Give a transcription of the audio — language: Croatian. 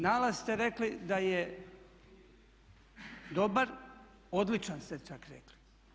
Nalaz ste rekli da je dobar, odličan ste čak rekli.